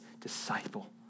disciple